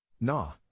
nah